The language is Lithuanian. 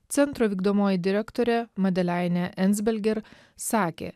centro vykdomoji direktorė madeleinė enzbelger sakė